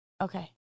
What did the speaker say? Okay